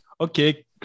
okay